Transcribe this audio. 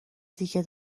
دیگه